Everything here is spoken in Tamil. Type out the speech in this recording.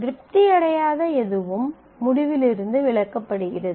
திருப்தி அடையாத எதுவும் முடிவிலிருந்து விலக்கப்படுகிறது